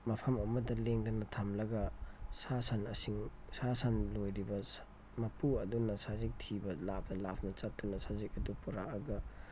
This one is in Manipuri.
ꯃꯐꯝ ꯑꯃꯗ ꯂꯦꯡꯗꯅ ꯊꯝꯂꯒ ꯁꯥ ꯁꯟ ꯁꯤꯡ ꯁꯥ ꯁꯟ ꯂꯣꯏꯔꯤꯕ ꯃꯄꯨ ꯑꯗꯨꯅ ꯁꯖꯤꯛ ꯊꯤꯕ ꯂꯥꯞꯅ ꯂꯥꯞꯅ ꯆꯠꯇꯨꯅ ꯁꯖꯤꯛ ꯑꯗꯨ ꯄꯨꯔꯛꯑꯒ